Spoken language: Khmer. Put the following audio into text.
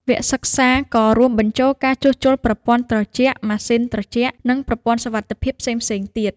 វគ្គសិក្សាក៏រួមបញ្ចូលការជួសជុលប្រព័ន្ធត្រជាក់ម៉ាស៊ីនត្រជាក់ និងប្រព័ន្ធសុវត្ថិភាពផ្សេងៗទៀត។